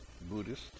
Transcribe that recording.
Buddhist